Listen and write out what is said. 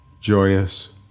joyous